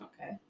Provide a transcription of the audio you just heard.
okay